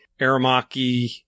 Aramaki